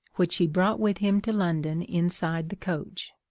which he brought with him to london inside the coach.